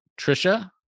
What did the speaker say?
Trisha